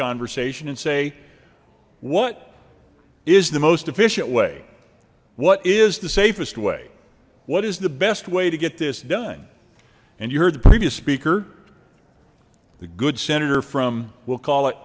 conversation and say what is the most efficient way what is the safest way what is the best way to get this done and you heard the previous speaker the good senator from we'll call it